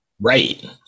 right